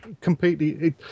completely